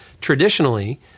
Traditionally